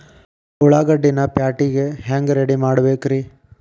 ಉಳ್ಳಾಗಡ್ಡಿನ ಪ್ಯಾಟಿಗೆ ಹ್ಯಾಂಗ ರೆಡಿಮಾಡಬೇಕ್ರೇ?